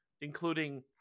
including